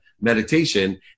meditation